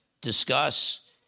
discuss